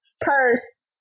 purse